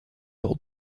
old